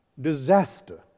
disaster